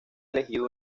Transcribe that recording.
elegido